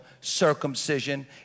circumcision